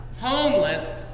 Homeless